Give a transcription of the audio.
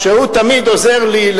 שהוא תמיד עוזר לי,